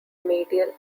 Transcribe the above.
medial